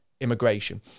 immigration